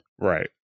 Right